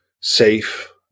safe